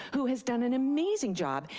who has done an amazing job,